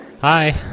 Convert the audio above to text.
Hi